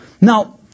Now